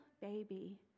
baby